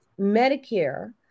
Medicare